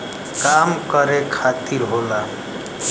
काम करे खातिर होला